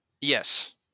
yes